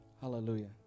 Hallelujah